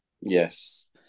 Yes